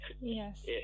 yes